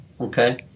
Okay